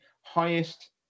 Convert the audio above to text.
highest